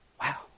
Wow